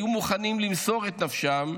היו מוכנים למסור את נפשם,